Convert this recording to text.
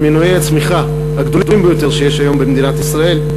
אחד ממנועי הצמיחה הגדולים ביותר שיש היום במדינת ישראל,